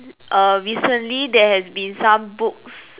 uh recently there has been some books